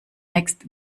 next